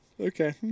Okay